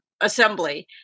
assembly